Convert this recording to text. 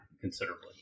considerably